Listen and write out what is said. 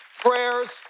Prayers